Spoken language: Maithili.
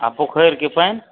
आ पोखरिके पानि